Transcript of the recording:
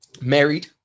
married